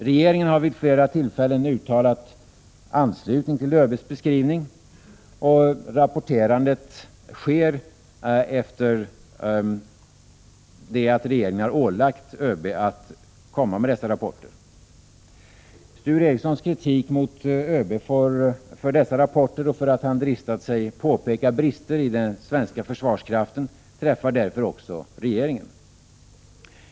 Regeringen har vid flera tillfällen uttalat anslutning till ÖB:s beskrivning, och rapporterandet sker efter det att regeringen har ålagt ÖB att avlägga dessa rapporter. Sture Ericsons kritik mot ÖB för dessa rapporter och till att denne dristat sig påpeka brister i den svenska försvarskraften träffar därför också regeringen.